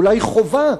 אולי חובה,